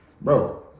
bro